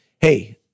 Hey